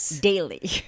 daily